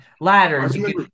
ladders